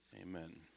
Amen